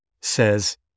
says